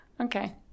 Okay